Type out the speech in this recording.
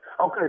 Okay